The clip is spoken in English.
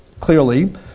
clearly